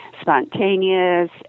spontaneous